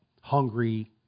hungry